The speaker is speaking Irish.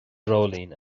dreoilín